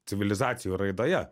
civilizacijų raidoje